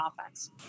offense